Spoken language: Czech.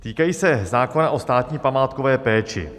Týkají se zákona o státní památkové péči.